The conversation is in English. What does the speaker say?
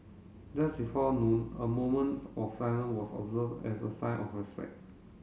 just before noon a moments of silence was observed as a sign of respect